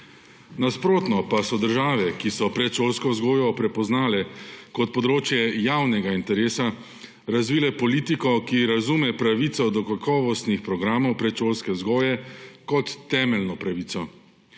Nasprotno pa so države, ki so predšolsko vzgojo prepoznale kot področje javnega interesa, razvile politiko, ki razume pravico do kakovostnih programov predšolske vzgoje kot temeljno pravico.